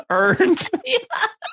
Earned